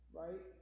right